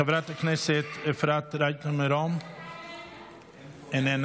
חברת הכנסת אפרת רייטן מרום, איננה.